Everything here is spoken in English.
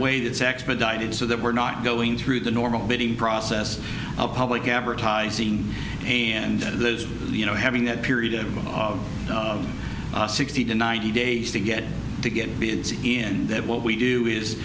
way that's expedited so that we're not going through the normal bidding process of public advertising and you know having that period of sixty to ninety days to get to get bids in that what we do